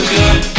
good